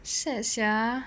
sad sia